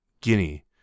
Guinea